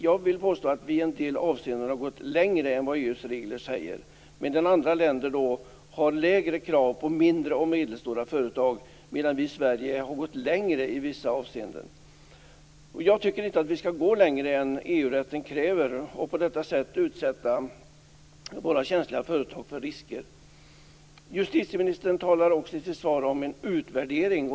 Jag vill påstå att vi i en del avseenden har gått längre än vad EU:s regler säger, medan andra länder har lägre krav på mindre och medelstora företag. Jag tycker inte att vi skall gå längre än vad EU:s rätt kräver och på detta sätt utsätta våra känsliga företag för risker. Justitieministern talar också i sitt svar om en utvärdering.